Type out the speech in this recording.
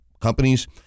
companies